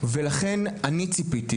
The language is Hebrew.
ולכן אני ציפיתי,